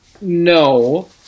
No